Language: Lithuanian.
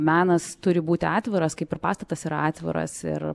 menas turi būti atviras kaip ir pastatas yra atviras ir